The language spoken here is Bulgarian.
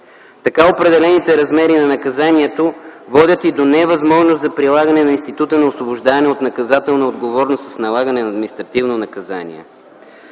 Така определените размери на наказанието водят и до невъзможност за прилагане на института на освобождаване от наказателна отговорност с налагане на административно наказание.